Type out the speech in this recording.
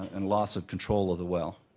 and loss of control of the well.